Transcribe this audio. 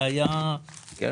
זה היה כחלון.